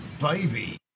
baby